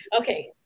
Okay